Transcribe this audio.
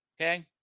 Okay